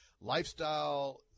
lifestyle